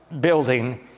building